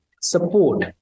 support